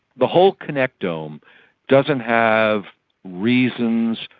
the whole connectome um doesn't have reasons,